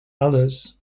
others